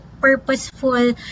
purposeful